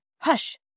Hush